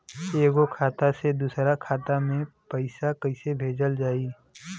एगो खाता से दूसरा खाता मे पैसा कइसे भेजल जाई?